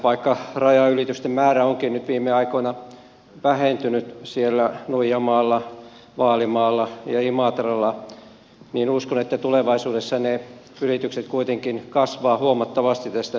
vaikka rajanylitysten määrä onkin viime aikoina vähentynyt nuijamaalla vaalimaalla ja imatralla niin uskon että tulevaisuudessa ne ylitykset kuitenkin kasvavat huomattavasti tästä nykyhetkestä